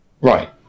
Right